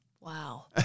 Wow